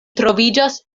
troviĝas